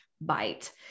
bite